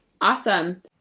Awesome